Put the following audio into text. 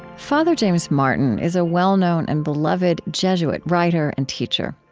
father james martin is a well-known and beloved jesuit writer and teacher.